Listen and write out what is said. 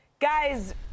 Guys